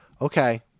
Okay